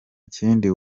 kindi